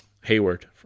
Hayward